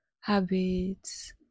habits